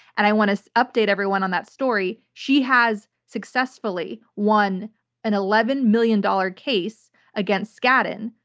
and i want to so update everyone on that story. she has successfully won an eleven million dollars case against skadden,